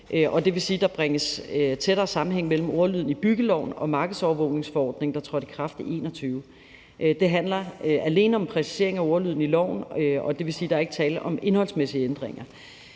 det vil sige, der bringes tættere sammenhæng mellem ordlyden i byggeloven og markedsovervågningsforordningen, der trådte i kraft i 2021. Det handler alene om en præcisering af ordlyden i loven, og det vil sige, at der ikke er tale om indholdsmæssige ændringer.